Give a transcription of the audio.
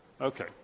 Okay